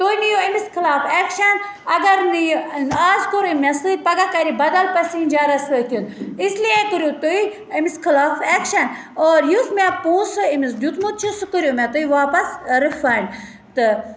تُہۍ نِیِو أمِس خٕلاف اٮ۪کشَن اَگَر نہٕ یہِ آز کوٚر أمۍ مےٚ سۭتۍ پَگاہ کَرِ یہِ بَدَل پٮ۪سَنجَرَس سۭتۍ اِسلیے کٔرِو تُہۍ أمِس خٕلاف اٮ۪کشَن اور یُس مےٚ پونٛسہٕ أمِس دیُتمُت چھُ سُہ کٔرِو مےٚ تُہۍ واپَس رِفَنٛڈ تہٕ